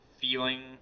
feeling